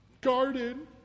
garden